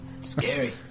Scary